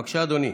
בבקשה, אדוני.